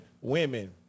Women